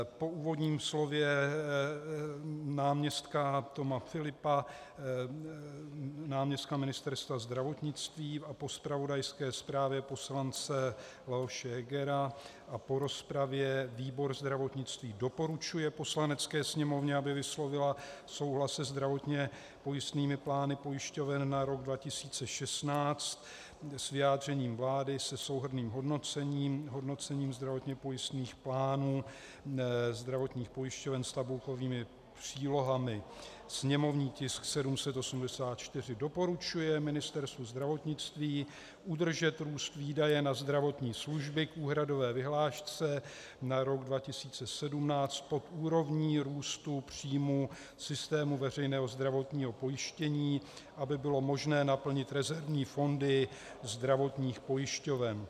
Po úvodním slově náměstka Toma Philippa, náměstka Ministerstva zdravotnictví, po zpravodajské zprávě poslance Leoše Hegera a po rozpravě výbor pro zdravotnictví doporučuje Poslanecké sněmovně, aby vyslovila souhlas se Zdravotně pojistnými plány pojišťoven na rok 2016 s vyjádřením vlády se souhrnným hodnocením, hodnocením zdravotně pojistných plánů zdravotních pojišťoven a s tabulkovými přílohami, sněmovní tisk 784; doporučuje Ministerstvu zdravotnictví udržet růst výdajů na zdravotní služby k úhradové vyhlášce na rok 2017 pod úrovní růstu příjmů systému veřejného zdravotního pojištění, aby bylo možné naplnit rezervní fondy zdravotních pojišťoven.